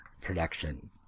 production